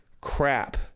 crap